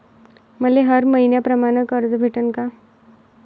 मले हर मईन्याप्रमाणं कर्ज भेटन का?